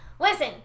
Listen